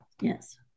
Yes